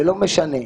ולא משנה,